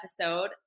episode